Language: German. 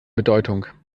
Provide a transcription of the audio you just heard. bedeutung